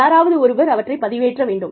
யாராவது ஒருவர் அவற்றைப் பதிவேற்ற வேண்டும்